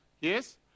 yes